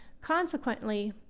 Consequently